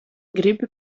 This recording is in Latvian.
gribi